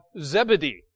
Zebedee